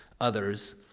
others